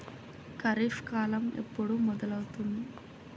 ఖరీఫ్ కాలం ఎప్పుడు మొదలవుతుంది?